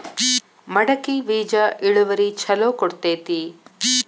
ಮಡಕಿ ಬೇಜ ಇಳುವರಿ ಛಲೋ ಕೊಡ್ತೆತಿ?